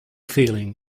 feeling